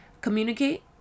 communicate